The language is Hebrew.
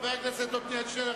חבר הכנסת שנלר,